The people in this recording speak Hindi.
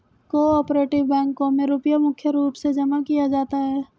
को आपरेटिव बैंकों मे रुपया मुख्य रूप से जमा किया जाता है